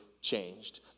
changed